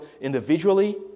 individually